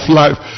life